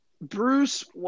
Bruce